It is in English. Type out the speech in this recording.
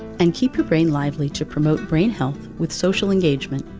and keep your brain lively to promote brain health with social engagement,